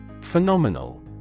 Phenomenal